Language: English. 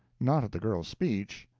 not at the girl's speech.